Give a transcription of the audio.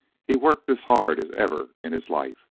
he worked as hard as ever in his life.